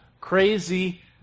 crazy